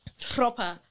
proper